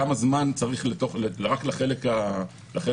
כמה זמן צריך רק לחלק הזה?